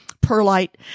perlite